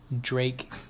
Drake